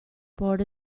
brought